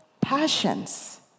passions